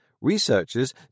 Researchers